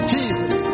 Jesus